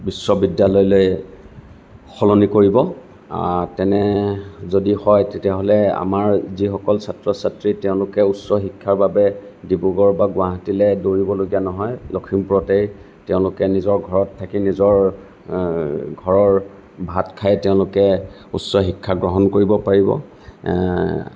বিশ্ববিদ্যালয়লৈ সলনি কৰিব তেনেকুৱা যদি হয় তেতিয়াহ'লে আমাৰ যিসকল ছাত্ৰ ছাত্ৰী তেওঁলোকে উচ্চশিক্ষাৰ বাবে ডিব্ৰুগড় বা গুৱাহাটীলৈ দৌৰিবলগীয়া নহয় লখিমপুৰতে তেওঁলোকে নিজৰ ঘৰত থাকি নিজৰ ঘৰৰ ভাত খাই তেওঁলোকে উচ্চশিক্ষা গ্ৰহণ কৰিব পাৰিব